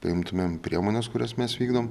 priimtumėm priemones kurias mes vykdom